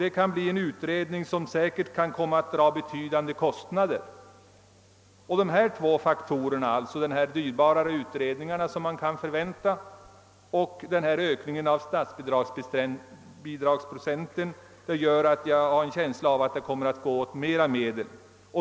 En sådan utredning kan säkert komma att dra betydande kostnader. Jag har en känsla av att dessa två faktorer, de höga utredningskostnaderna och ökningen av statsbidragsprocenten, innebär att det kommer att gå åt ytterligare medel.